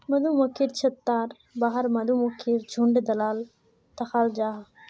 मधुमक्खिर छत्तार बाहर मधुमक्खीर झुण्ड दखाल जाहा